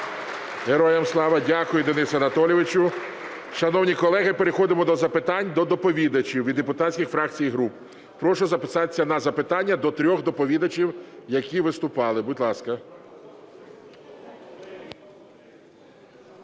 Героям слава! Дякую, Денис Анатолійович. Шановні колеги, переходимо до запитань до доповідачів від депутатських фракцій і груп. Прошу записатися на запитання до трьох доповідачів, які виступали. Будь ласка.